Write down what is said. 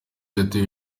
yatewe